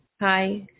Hi